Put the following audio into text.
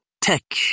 tech